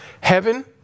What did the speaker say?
Heaven